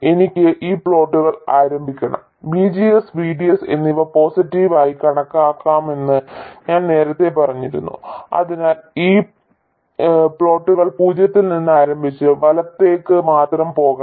എനിക്ക് ഈ പ്ലോട്ടുകൾ ആരംഭിക്കണം VGS VDS എന്നിവ പോസിറ്റീവ് ആയി കണക്കാക്കുമെന്ന് ഞാൻ നേരത്തെ പറഞ്ഞിരുന്നു അതിനാൽ ഞാൻ ഈ പ്ലോട്ടുകൾ പൂജ്യത്തിൽ നിന്ന് ആരംഭിച്ച് വലത്തേക്ക് മാത്രം പോകണം